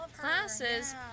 classes